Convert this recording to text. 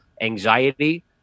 anxiety